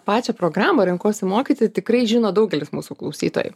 pačią programą renkuosi mokyti tikrai žino daugelis mūsų klausytojų